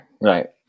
Right